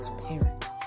transparent